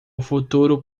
futuro